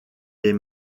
des